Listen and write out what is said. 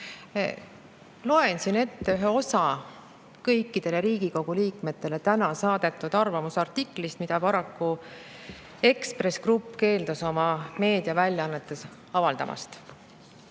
Loen siin ette ühe osa kõikidele Riigikogu liikmetele täna saadetud arvamusartiklist, mida paraku Ekspress Grupp keeldus oma meediaväljaannetes avaldamast."Õnneks